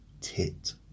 tit